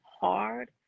hard